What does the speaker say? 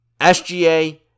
SGA